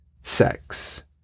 sex